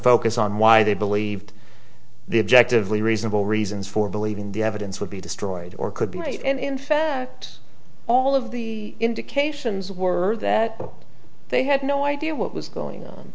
focus on why they believed the objectively reasonable reasons for believing the evidence would be destroyed or could be made and in fact all of the indications were that they had no idea what was going on